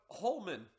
Holman